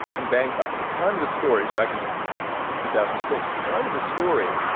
and bangkok, and at the time of this story is back in two thousand and six, at the time of this story,